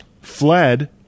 fled